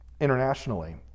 internationally